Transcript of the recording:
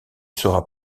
sera